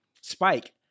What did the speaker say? Spike